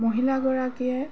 মহিলাগৰাকীয়ে